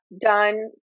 done